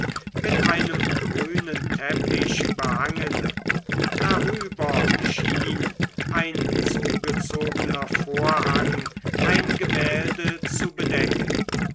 mit einem grünen teppich behangen darüber schien ein zugezogener vorhang ein gemälde zu bedecken